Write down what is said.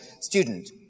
student